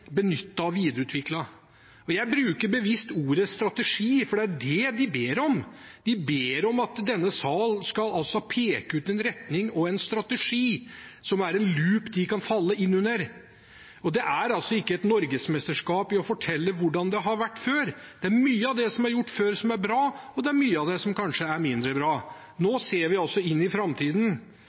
og videreutviklet. Jeg bruker bevisst ordet «strategi», for det er jo det de ber om. De ber om at denne sal skal peke ut en retning og en strategi som er en loop de kan falle inn under. Og det er altså ikke et norgesmesterskap i å fortelle hvordan det har vært før. Det er mye av det som er gjort før, som er bra, og det er mye av det som kanskje er mindre bra. Nå ser vi inn i framtiden,